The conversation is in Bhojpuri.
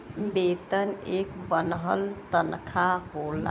वेतन एक बन्हल तन्खा होला